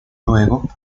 luego